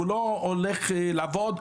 הוא לא הולך לעבוד,